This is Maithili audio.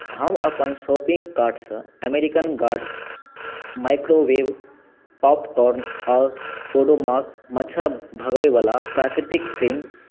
हम अपन शॉपिङ्ग कार्टसँ अमेरिकन गार्डन माइक्रोवेव पॉपकॉर्न आओर ओडोमॉस मच्छर भगबैवला प्राकृतिक क्रीम